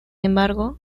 embargo